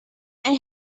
and